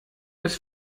des